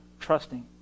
trusting